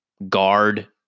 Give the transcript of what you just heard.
Guard